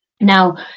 Now